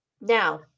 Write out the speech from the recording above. Now